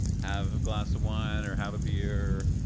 have a glass of wine, or have a beer,